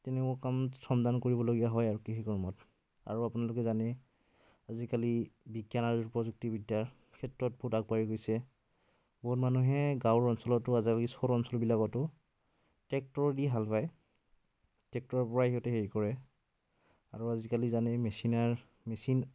তেনেকুৱা কামত শ্ৰমদান কৰিবলগীয়া হয় আৰু কৃষি কৰ্মত আৰু আপোনালোকে জানেই আজিকালি বিজ্ঞান আৰু প্ৰযুক্তিবিদ্য়াৰ ক্ষেত্ৰত বহুত আগবাঢ়ি গৈছে বহুত মানুহে গাঁওৰ অঞ্চলতো এই চহৰ অঞ্চলবিলাকতো টেক্টৰেদি হাল বায় টেক্টৰৰ পৰাই সিহঁতে হেৰি কৰে আৰু আজিকালি জানেই মেচিনাৰ মেচিন